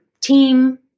team